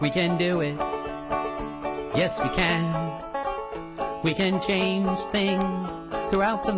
we can do it yes we can we can change things throughout the